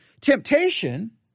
temptation